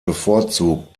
bevorzugt